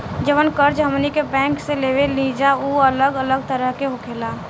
जवन कर्ज हमनी के बैंक से लेवे निजा उ अलग अलग तरह के होखेला